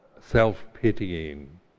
self-pitying